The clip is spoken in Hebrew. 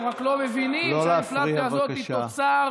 אתם רק לא מבינים שהאינפלציה הזאת היא תוצר